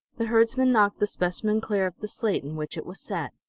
the herdsman knocked the specimen clear of the slate in which it was set.